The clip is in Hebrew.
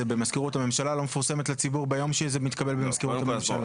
במזכירות הממשלה לא מפורסמת לציבור ביום שזה מתקבל במזכירות הממשלה.